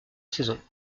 saisons